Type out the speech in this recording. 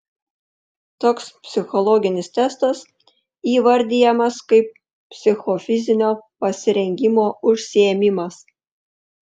toks psichologinis testas įvardijamas kaip psichofizinio pasirengimo užsiėmimas